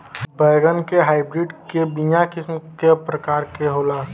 बैगन के हाइब्रिड के बीया किस्म क प्रकार के होला?